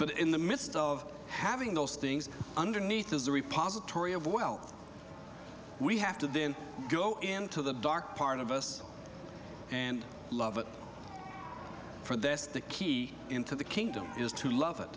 but in the midst of having those things underneath is the repository of wealth we have to then go into the dark part of us and love it for that's the key into the kingdom is to love it